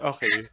Okay